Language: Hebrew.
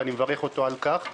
ואני מברך אותו על כך.